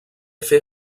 fer